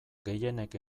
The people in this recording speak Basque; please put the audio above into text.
gehienek